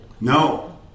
No